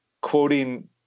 quoting